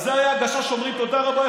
על זה הגשש אומרים: תודה רבה.